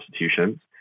institutions